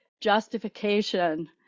justification